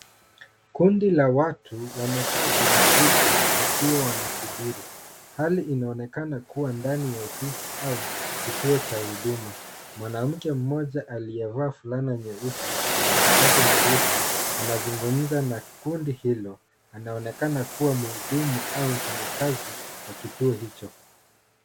Kundi la watu wamekaa kwenye viti wakiwa wanasubiri. Hali inaonekana kuwa ndani ya ofisi au kituo cha huduma. Mwanamke mmoja aliyevaa fulana nyeusi na skati nyeusi anazunginza na kundi hilo, anaonekana kuwa mhudumu au mfanyakazi wa kituo hicho.